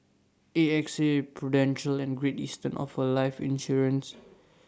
A X A prudential and great eastern offer life insurance